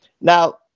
Now